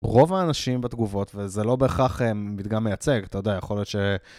רוב האנשים בתגובות, וזה לא בהכרח מדגם מייצג, אתה יודע, יכול להיות ש...